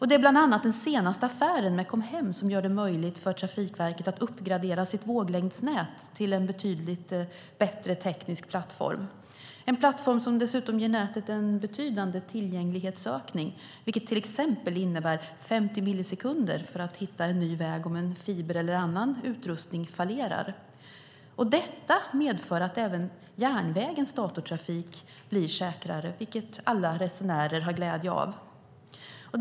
Det är bland annat den senaste affären med Comhem som gör det möjligt för Trafikverket att uppgradera sitt våglängdsnät till en betydligt bättre teknisk plattform. Det är en plattform som dessutom ger nätet en betydande tillgänglighetsökning, vilket till exempel innebär 50 millisekunder för att hitta en ny väg om en fiber eller annan utrustning fallerar. Detta medför att även järnvägens datortrafik blir säkrare, vilket alla resenärer har glädje av.